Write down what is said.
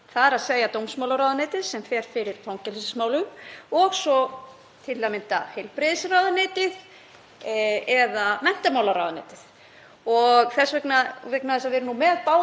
Vegna þess að við erum með báða hæstv. ráðherra hér í salnum, hæstv. dómsmálaráðherra og hæstv. heilbrigðisráðherra, vil ég hvetja þá til að vera í þéttu og góðu samstarfi til að tryggja